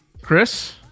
Chris